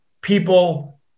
people